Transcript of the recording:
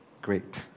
Great